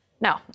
No